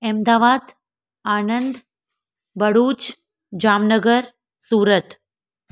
Ahmedabad Anand Bharuch Jamnagar Surat